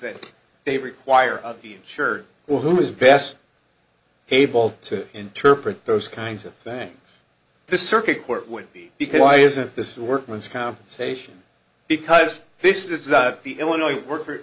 that they require of the insured who is best able to interpret those kinds of things the circuit court would be because why isn't this workman's compensation because this is the illinois worke